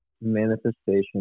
Manifestation